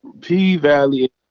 p-valley